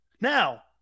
Now